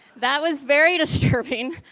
that was very disturbing.